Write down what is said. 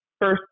first